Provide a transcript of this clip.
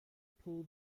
pull